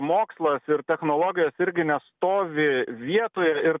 mokslas ir technologijos irgi nestovi vietoje ir